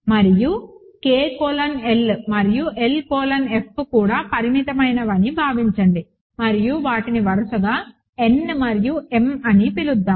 ఇప్పుడు K colon L మరియు L colon F రెండూ పరిమితమైనవని భావించండి మరియు వాటిని వరుసగా n మరియు m అని పిలుద్దాం